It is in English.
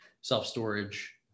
self-storage